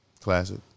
Classic